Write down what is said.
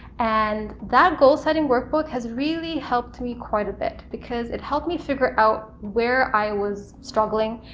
and that goal-setting workbook has really helped me quite a bit, because it helped me figure out where i was struggling,